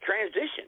transition